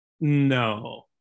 No